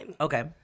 Okay